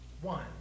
One